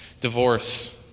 divorce